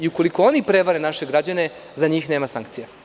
Ukoliko oni prevare naše građane za njih nema sankcija.